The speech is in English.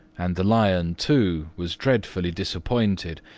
and the lion, too, was dreadfully disappointed,